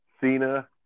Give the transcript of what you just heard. Cena